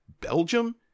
Belgium